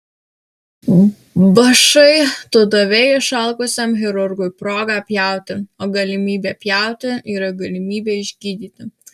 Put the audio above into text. bašai tu davei išalkusiam chirurgui progą pjauti o galimybė pjauti yra galimybė išgydyti